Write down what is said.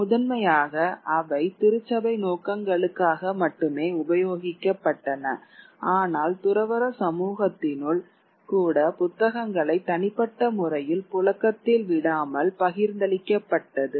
முதன்மையாக அவை திருச்சபை நோக்கங்களுக்காக மட்டுமே உபயோகிக்கப்பட்டன ஆனால் துறவற சமூகத்தினுள் கூட புத்தகங்களை தனிப்பட்ட முறையில் புழக்கத்தில் விடாமல் பகிர்ந்தளிக்கப்பட்டது